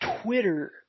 Twitter